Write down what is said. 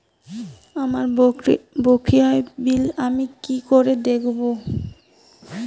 আমার বকেয়া বিল আমি কি করে দেখব?